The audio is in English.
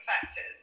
factors